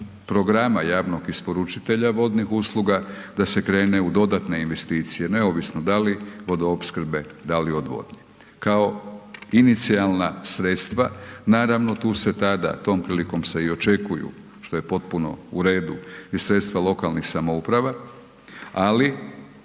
programa javnog isporučitelja vodnih usluga, da se krene u dodatne investicije neovisno da li vodoopskrbe, da li odvodnje, kao inicijalna sredstva. Naravno, tu se tada, tom prilikom se i očekuju što je potpuno u redu i sredstva lokalnih samouprava, ali